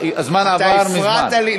הזמן עבר מזמן.